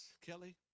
Kelly